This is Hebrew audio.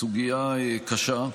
זו סוגיה קשה,